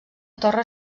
torre